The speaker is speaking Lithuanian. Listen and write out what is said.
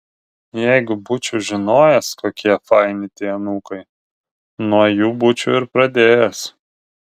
jeigu būčiau žinojęs kokie faini tie anūkai nuo jų būčiau ir pradėjęs